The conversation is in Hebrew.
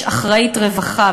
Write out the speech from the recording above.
יש אחראית רווחה.